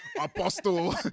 Apostle